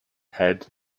head